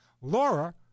Laura